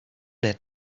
that